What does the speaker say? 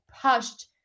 pushed